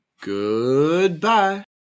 Goodbye